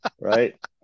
right